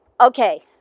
Okay